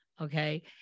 Okay